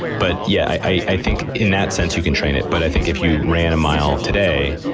but yeah i i think in that sense you can train it, but i think if you ran a mile today,